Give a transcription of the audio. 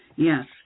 Yes